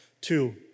two